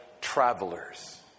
travelers